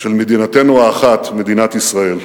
של מדינתנו האחת, מדינת ישראל.